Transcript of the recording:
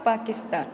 Pakistan